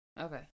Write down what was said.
Okay